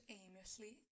aimlessly